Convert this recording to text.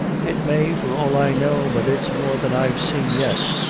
it may, for all i know but it's more than i've seen yet.